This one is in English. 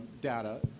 data